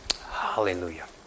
Hallelujah